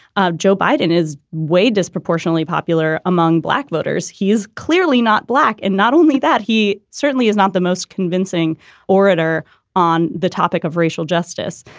joe biden is way disproportionately popular among black voters. he is clearly not black. and not only that, he certainly is not the most convincing orator on the topic of racial justice.